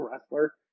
wrestler